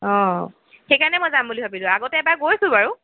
অ' সেইকাৰণে মই যাম বুলি ভাবিছোঁ আগতে এবাৰ গৈছোঁ বাৰু